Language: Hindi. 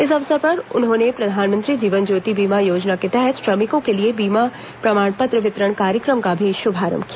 इस अवसर पर उन्होंने प्रधानमंत्री जीवन ज्योति बीमा योजना के तहत श्रमिकों के लिए बीमा प्रमाण पत्र वितरण कार्यक्रम कार्यक्रम का भी शुभारंभ किया